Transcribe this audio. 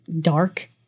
dark